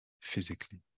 physically